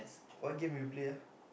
what game you play ah